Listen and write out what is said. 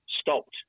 stopped